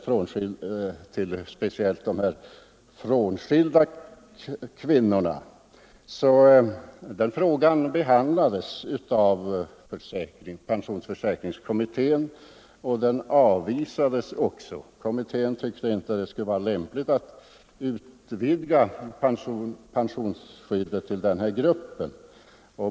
Frågan om pensionsrätt för de frånskilda kvinnorna behandlades av pensionsförsäkringskommittén, som avvisade tanken på sådan pensionsrätt. Kommittén tyckte inte det skulle vara lämpligt att utvidga pensionsskyddet till denna grupp.